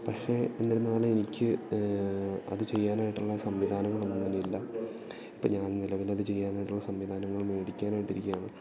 പക്ഷേ എന്നിരുന്നാലും എനിക്ക് അത് ചെയ്യാനായിട്ടുള്ള സംവിധാനങ്ങളൊന്നും തന്നെ ഇല്ല ഇപ്പം ഞാൻ നിലവിലത് ചെയ്യാനായിട്ടുള്ള സംവിധാനങ്ങള് മേടിക്കാനായിട്ടിരിക്കുകയാണ്